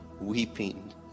weeping